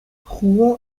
jugó